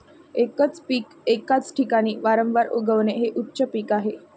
एकच पीक एकाच ठिकाणी वारंवार उगवणे हे उच्च पीक आहे